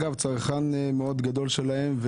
אגב ,צרכן מאוד גדול שלהם,